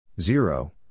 zero